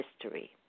history